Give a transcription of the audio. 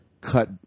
cut